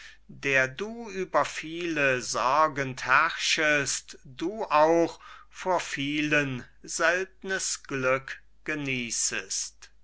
der du über viele sorgend herrschest du auch vor vielen seltnes glück genießest